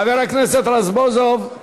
חבר הכנסת רזבוזוב.